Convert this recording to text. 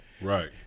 Right